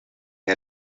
hij